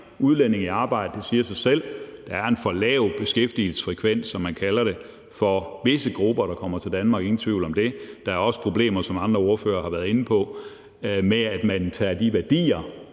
udlændinge i arbejde. Det siger sig selv. Der er en for lav beskæftigelsesfrekvens, som man kalder det, for visse grupper, der kommer til Danmark – ingen tvivl om det. Der er også problemer, som andre ordførere har været inde på, i forhold til om man tager de værdier